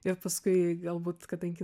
ir paskui galbūt kadangi